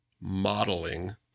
modeling